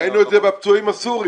ראינו את זה בפצועים הסורים.